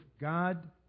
God